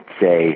say